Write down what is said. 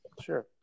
Sure